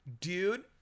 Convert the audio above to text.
dude